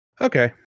Okay